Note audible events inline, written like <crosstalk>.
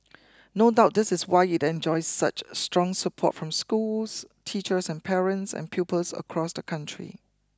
<noise> no doubt this is why it enjoys such strong support from schools teachers and parents and pupils across the country